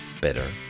better